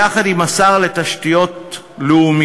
יחד עם שר התשתיות הלאומיות,